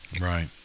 Right